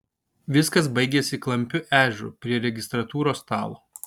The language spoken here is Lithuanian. viskas baigėsi klampiu ežeru prie registratūros stalo